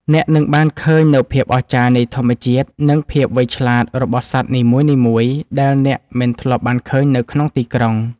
អ្នកនឹងបានឃើញនូវភាពអស្ចារ្យនៃធម្មជាតិ និងភាពវៃឆ្លាតរបស់សត្វនីមួយៗដែលអ្នកមិនធ្លាប់បានឃើញនៅក្នុងទីក្រុង។